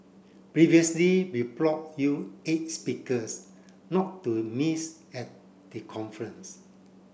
previously we brought you eight speakers not to miss at the conference